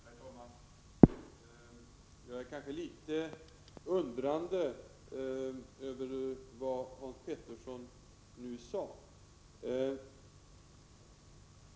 Herr talman! Jag är kanske litet undrande över vad Hans Petersson i Hallstahammar nu sade.